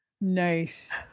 Nice